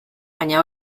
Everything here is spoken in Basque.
baina